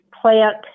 plant